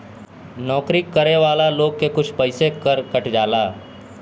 नौकरी करे वाला लोग के कुछ पइसा के कर कट जाला